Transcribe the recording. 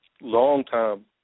longtime